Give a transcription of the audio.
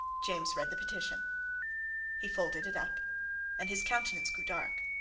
james read the petition he folded it up and his countenance grew dark.